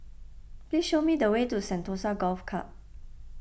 please show me the way to Sentosa Golf Club